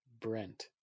Brent